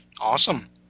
Awesome